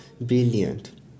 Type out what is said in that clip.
brilliant